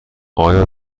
آیا